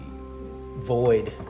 void